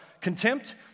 contempt